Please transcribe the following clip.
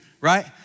right